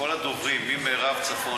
מכל הדוברים ממרב צפונה: